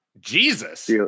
Jesus